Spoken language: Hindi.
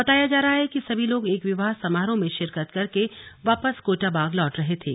बताया जा रहा है कि सभी लोग एक विवाह समारोह में शिरकत करके वापस कोटाबाग लौट रहे थे